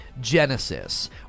Genesis